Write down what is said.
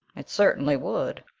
it certainly would,